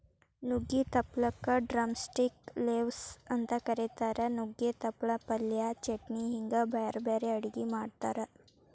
ನುಗ್ಗಿ ತಪ್ಪಲಕ drumstick leaves ಅಂತ ಕರೇತಾರ, ನುಗ್ಗೆ ತಪ್ಪಲ ಪಲ್ಯ, ಚಟ್ನಿ ಹಿಂಗ್ ಬ್ಯಾರ್ಬ್ಯಾರೇ ಅಡುಗಿ ಮಾಡ್ತಾರ